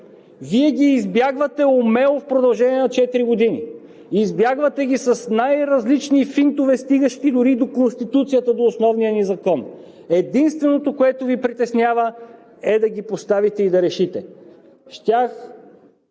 Вие ги избягвате умело в продължение на четири години, избягвате ги с най-различни финтове, стигащи дори и до Конституцията – до основния ни закон. Единственото, което Ви притеснява, е да ги поставите и да решите. Щях